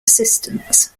assistants